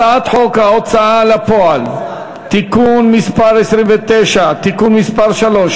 הצעת חוק ההוצאה לפועל (תיקון מס' 29) (תיקון מס' 3),